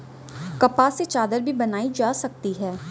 कपास से चादर भी बनाई जा सकती है